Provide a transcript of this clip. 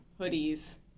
hoodies